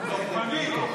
לוחמני.